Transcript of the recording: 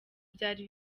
byari